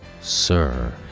Sir